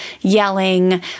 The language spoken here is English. yelling